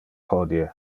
hodie